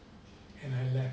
and I left